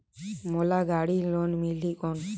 मोला गाड़ी लोन मिलही कौन?